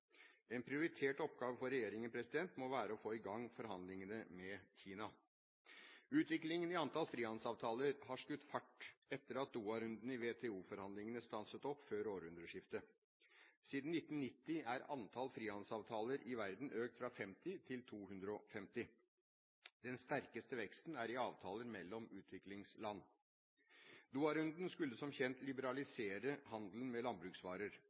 En prioritert oppgave for regjeringen må være å få i gang forhandlingene med Kina. Utviklingen i antall frihandelsavtaler har skutt fart etter at Doha-runden i WTO-forhandlingene stanset opp før århundreskiftet. Siden 1990 er antall frihandelsavtaler i verden økt fra 50 til 250. Den sterkeste veksten er i avtaler mellom utviklingsland. Doha-runden skulle som kjent liberalisere handelen med landbruksvarer,